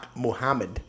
Muhammad